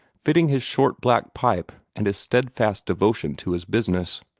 fitting his short black pipe and his steadfast devotion to his business.